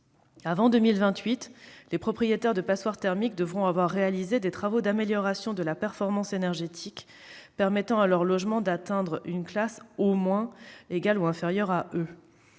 Avant 2028, les propriétaires de passoires thermiques devront avoir réalisé des travaux d'amélioration de la performance énergétique permettant à leur logement d'atteindre au moins la classe E.